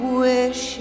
wish